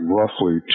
roughly